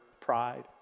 pride